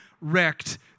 wrecked